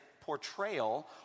portrayal